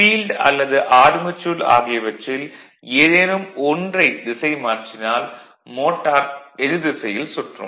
field அல்லது armature ஆகியவற்றில் ஏதேனும் ஒன்றை திசை மாற்றினால் மோட்டார் எதிர்திசையில் சுற்றும்